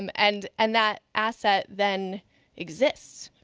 um and and that asset then exists,